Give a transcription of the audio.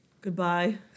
goodbye